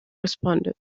responded